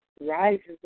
rises